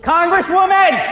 Congresswoman